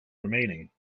remaining